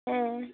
ᱦᱮᱸ